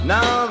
Now